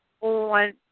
on